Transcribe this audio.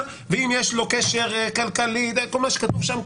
ואם יש לו קשר כלכלי וכו' כל מה שכתוב שם,